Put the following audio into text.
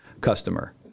customer